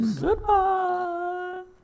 Goodbye